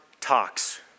talks